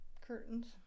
Curtains